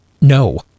No